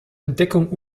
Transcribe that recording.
entdeckung